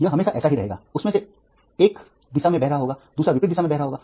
यह हमेशा ऐसा ही रहेगा उनमें से एक एक दिशा में बह रहा होगा दूसरा विपरीत दिशा में बह रहा होगा